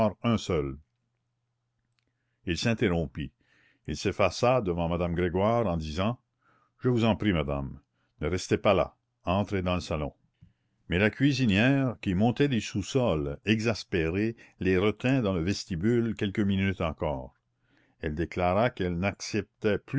un seul il s'interrompit il s'effaça devant madame grégoire en disant je vous en prie madame ne restez pas là entrez dans le salon mais la cuisinière qui montait du sous-sol exaspérée les retint dans le vestibule quelques minutes encore elle déclara qu'elle n'acceptait